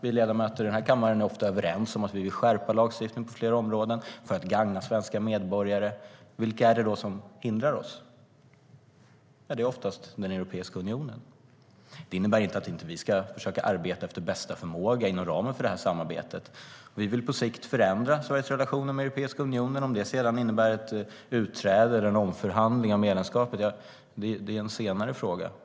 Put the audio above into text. Vi ledamöter i kammaren är ofta överens om att vi vill skärpa lagstiftningen på flera områden för att gagna svenska medborgare. Vilka är det då som hindrar oss? Det är oftast Europeiska unionen. Det innebär inte att vi inte ska försöka arbeta efter bästa förmåga inom ramen för samarbetet. Vi vill på sikt förändra Sveriges relationer med Europeiska unionen. Om det sedan innebär ett utträde eller en omförhandling av medlemskapet är en senare fråga.